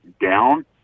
down